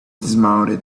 dismounted